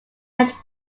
had